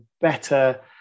better